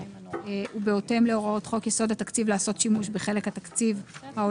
את סכומי ההוצאה שיופחתו מסעיפי התקציב לשם